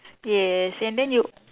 yes and then you